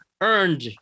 earned